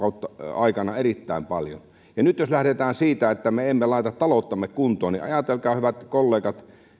aikana erittäin paljon ja nyt jos lähdetään siitä että me emme laita talouttamme kuntoon niin ajatelkaa hyvät kollegat